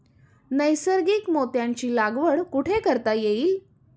नैसर्गिक मोत्यांची लागवड कुठे करता येईल?